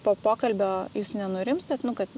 po pokalbio jūs nenurimstat nu kad